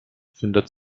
findet